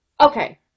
okay